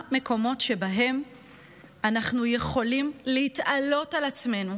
מקומות שבהם אנחנו יכולים להתעלות על עצמנו,